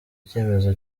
cyemezo